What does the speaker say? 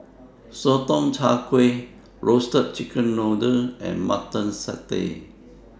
Sotong Char Kway Roasted Chicken Noodle and Mutton Satay